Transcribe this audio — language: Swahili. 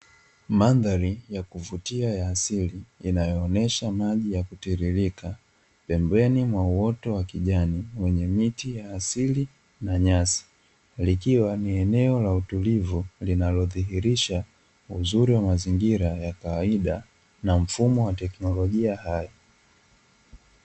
Mandari ya kuvutia ya asili, inayoonesha maji ya kutiririka pembeni mwa uoto wa kijani wenye miti ya asili na nyasi. Likiwa ni neneo la utulivu, linalodhihirsha uzuri wa mazingira ya kawaida na mfumo wa teknolojia hai.